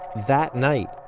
that night,